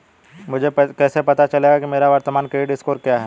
मुझे कैसे पता चलेगा कि मेरा वर्तमान क्रेडिट स्कोर क्या है?